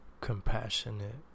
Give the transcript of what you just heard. compassionate